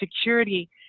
security